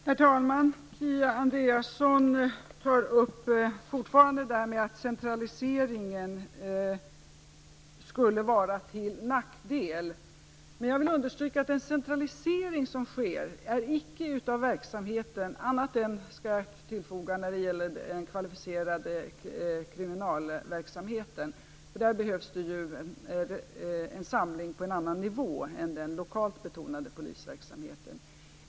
Herr talman! Kia Andreasson tar fortfarande upp det där med att centraliseringen skulle vara till nackdel. Men jag vill understryka att den centralisering som sker inte gäller verksamheten annat än, skall jag tillfoga, när det gäller den kvalificerade kriminalverksamheten. Där behövs det ju en samling på en annan nivå än vad som gäller för den lokalt betonade polisverksamheten.